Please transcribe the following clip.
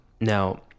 Now